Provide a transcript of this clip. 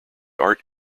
art